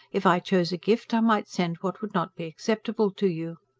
if i chose a gift, i might send what would not be acceptable to you.